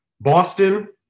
Boston